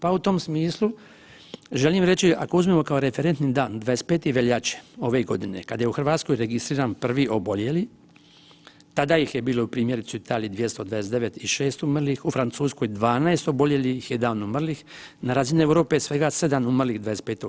Pa u tom smislu želim reći ako uzmemo kao referentni dan 25. veljače ove godine kada je u Hrvatskoj registriran prvi oboljeli tada ih je bilo primjerice u Italiji 229 i 6 umrlih, u Francuskoj 12 oboljelih i 1 umrli, na razini Europe svega 7 umrlih 25.